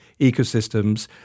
ecosystems